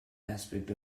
aspect